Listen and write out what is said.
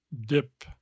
dip